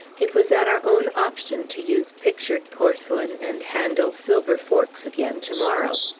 it was at our own option to use pictured porcelain and handle silver forks again to-morrow.